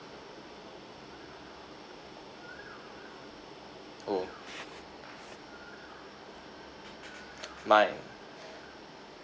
oh mine